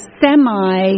semi